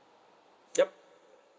yup